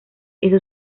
eso